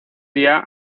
día